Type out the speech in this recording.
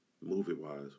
movie-wise